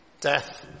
Death